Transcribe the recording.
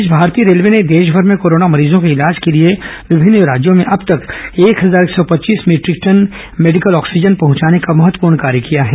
इस बीच भारतीय रेलवे ने देशभर में कोरोना मरीजों के इलाज के लिए विभिन्न राज्यों में अब तक एक हजार एक सौ पच्चीस मीट्रिक टन मेडिकल ऑक्सीजन पहंचाने का महत्वपूर्ण कार्य किया है